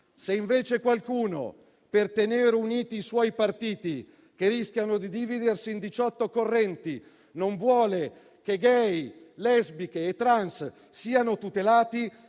Se, invece, qualcuno, per tenere unito il proprio partito, che rischia di dividersi in 18 correnti, non vuole che *gay*, lesbiche e trans siano tutelati,